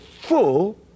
full